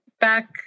Back